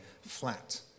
flat